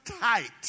tight